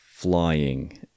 flying